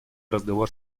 разговор